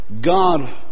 God